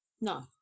no